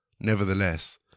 Nevertheless